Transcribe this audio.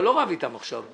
אתה לא רב אתם עכשיו.